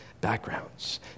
backgrounds